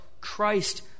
Christ